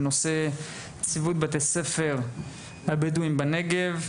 בנושא צפיפות בתי הספר הבדואים בנגב,